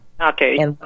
Okay